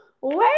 wait